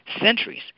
centuries